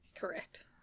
Correct